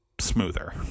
smoother